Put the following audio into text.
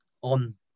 on